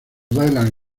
dylan